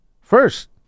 first